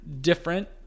different